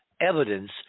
evidence